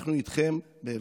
אנחנו איתכם באבלכם,